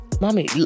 mommy